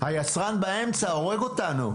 היצרן באמצע הורג אותנו.